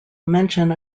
mention